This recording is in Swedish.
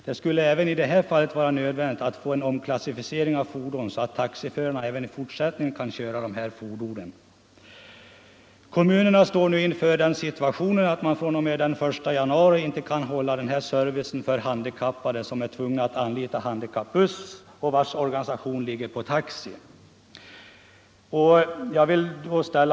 Det skulle även i det här fallet vara nödvändigt att få till stånd en omklassificering av dessa fordon så att taxiförarna även i fortsättningen kan köra dem. Kommunerna står nu inför den situationen att man från och med den 1 januari för handikappade som är tvungna att anlita handikappbuss inte kan hålla den service som är organiserad med taxi.